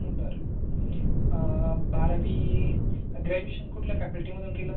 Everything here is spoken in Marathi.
बरं बारावी ग्रॅज्युएशन कुठल्या फॅकल्टीमधून केलं